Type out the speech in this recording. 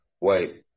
Wait